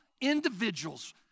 individuals